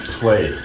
play